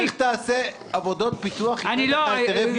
איך תעשה עבודות אם אין לך היתרי בנייה?